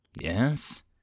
Yes